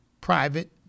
private